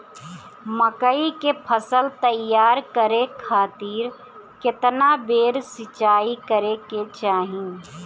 मकई के फसल तैयार करे खातीर केतना बेर सिचाई करे के चाही?